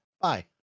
bye